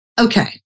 okay